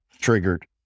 triggered